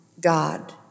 God